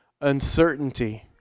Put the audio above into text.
uncertainty